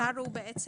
השר הוא בעצם